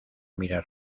mirar